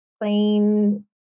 plain